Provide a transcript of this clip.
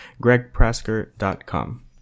gregprasker.com